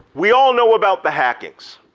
we all know about the hackings.